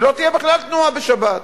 שלא תהיה בכלל תנועה בשבת.